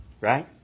right